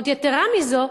יתירה מזאת,